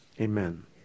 Amen